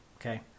Okay